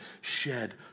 shed